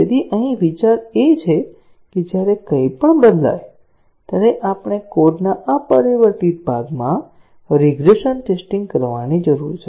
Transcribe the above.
તેથી અહીં તે વિચાર છે કે જ્યારે કંઇપણ બદલાય ત્યારે આપણે કોડના અપરિવર્તિત ભાગમાં રીગ્રેસન ટેસ્ટીંગ કરવાની જરૂર છે